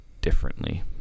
differently